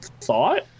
thought